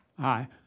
Hi